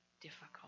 difficult